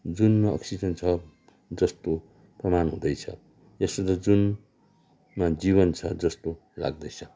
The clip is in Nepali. जुनमा अक्सिजन छ जस्तो प्रमाण हुँदैछ यसो त जुनमा जीवन छ जस्तो लाग्दैछ